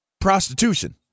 prostitution